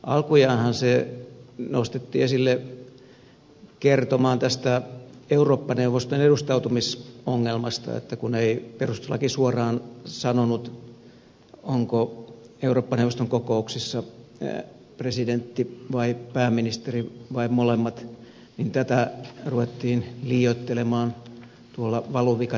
alkujaanhan se nostettiin esille kertomaan tästä eurooppa neuvoston edustautumisongelmasta että kun ei perustuslaki suoraan sanonut onko eurooppa neuvoston kokouksissa presidentti vai pääministeri vai molemmat niin tätä ruvettiin liioittelemaan tuolla valuvika termillä